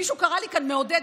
מישהו קרא לי כאן "מעודדת".